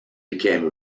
became